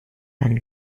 dann